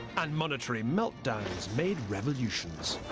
and monetary meltdowns made revolutions.